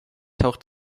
taucht